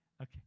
Okay